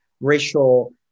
racial